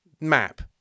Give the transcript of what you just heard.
map